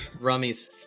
Rummy's